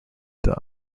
that